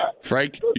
Frank